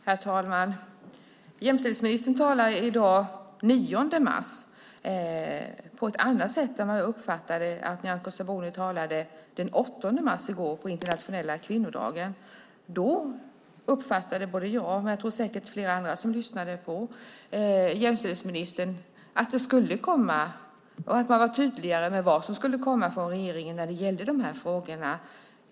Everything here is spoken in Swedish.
Herr talman! Jämställdhetsministern talar i dag, den 9 mars, på ett annat sätt än jag uppfattade att hon talade den 8 mars, på internationella kvinnodagen. Då uppfattade jag, och säkert många andra som lyssnade på henne, att hon var tydligare med vad som skulle komma från regeringen när det gällde dessa frågor.